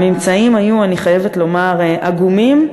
והממצאים היו, אני חייבת לומר, עגומים,